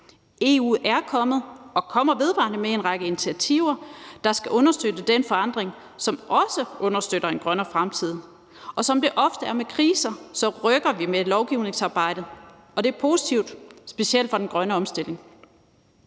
EU er kommet og kommer vedvarende med en række initiativer, der skal understøtte den forandring, som også understøtter en grønnere fremtid. Og som det ofte er med kriser, rykker vi med lovgivningsarbejdet, og det er positivt, specielt for den grønne omstilling.